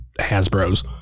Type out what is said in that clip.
Hasbro's